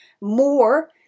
more